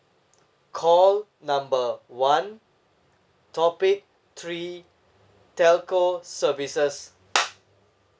call number one topic three telco services